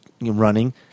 running